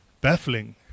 baffling